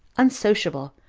unsociable,